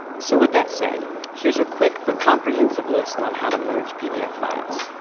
so with that said here's a quick but comprehensive list on how to merge pdf files.